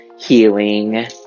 healing